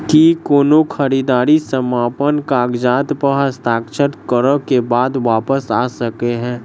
की कोनो खरीददारी समापन कागजात प हस्ताक्षर करे केँ बाद वापस आ सकै है?